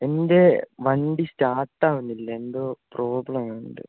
എൻ്റെ വണ്ടി സ്റ്റാർട്ട് ആകുന്നില്ല എന്തോ പ്രോബ്ലം ഉണ്ട്